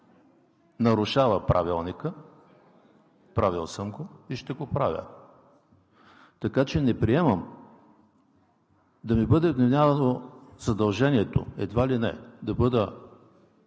нарушава Правилникът, правил съм го и ще го правя. Така че не приемам да ми бъде вменявано задължението едва ли не да бъда